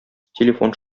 телефон